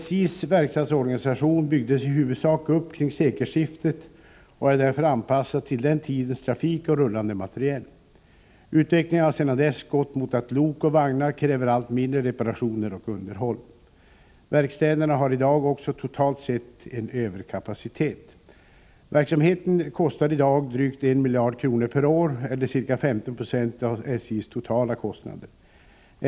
SJ:s verkstadsorganisation byggdes i huvudsak upp kring sekelskiftet och är därför anpassad till den tidens trafik och rullande materiel. Utvecklingen har sedan dess gått mot att lok och vagnar kräver allt mindre reparationer och underhåll. Verkstäderna har i dag också totalt sett en överkapacitet. Verksamheten kostar i dag drygt 1 miljard kronor per år, eller ca 15 96 av SJ:s totala kostnader.